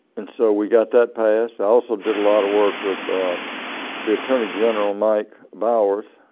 and so we got that passed i also did a lot of work with the attorney general mike bowers.